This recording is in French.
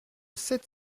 sept